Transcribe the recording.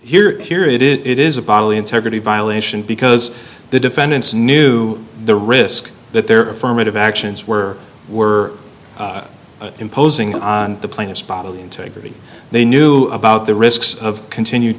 here here it is it is a bodily integrity violation because the defendants knew the risk that their affirmative actions were were imposing on the planet spottily integrity they knew about the risks of continued